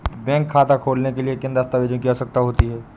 Bank खाता खोलने के लिए किन दस्तावेजों की आवश्यकता होती है?